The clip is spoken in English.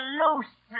loose